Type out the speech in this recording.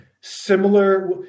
similar